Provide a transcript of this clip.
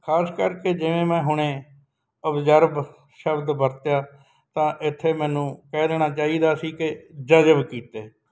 ਖਾਸ ਕਰਕੇ ਜਿਵੇਂ ਮੈਂ ਹੁਣੇ ਓਬਜਰਵ ਸ਼ਬਦ ਵਰਤਿਆ ਤਾਂ ਇੱਥੇ ਮੈਨੂੰ ਕਹਿ ਦੇਣਾ ਚਾਹੀਦਾ ਸੀ ਕਿ ਜਜਬ ਕੀਤੇ